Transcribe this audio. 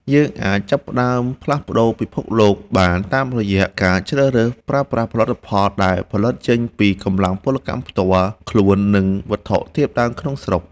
យើងអាចចាប់ផ្ដើមផ្លាស់ប្ដូរពិភពលោកបានតាមរយៈការជ្រើសរើសប្រើប្រាស់ផលិតផលដែលផលិតចេញពីកម្លាំងពលកម្មផ្ទាល់ខ្លួន និង វត្ថុធាតុដើមក្នុងស្រុក។